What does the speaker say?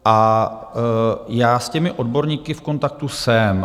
A já s těmi odborníky v kontaktu jsem.